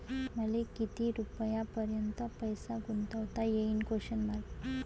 मले किती रुपयापर्यंत पैसा गुंतवता येईन?